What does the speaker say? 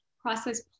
process